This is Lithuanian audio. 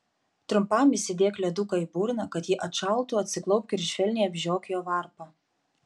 trumpam įsidėk leduką į burną kad ji atšaltų atsiklaupk ir švelniai apžiok jo varpą